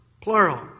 plural